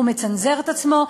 הוא מצנזר את עצמו.